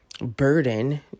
burden